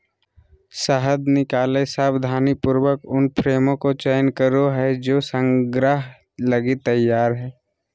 शहद निकलैय सावधानीपूर्वक उन फ्रेमों का चयन करो हइ जे संग्रह लगी तैयार हइ